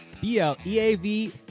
B-L-E-A-V